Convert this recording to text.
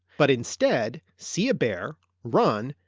but instead see a bear, run,